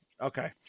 okay